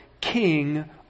king